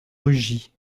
rugy